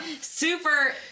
super